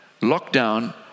lockdown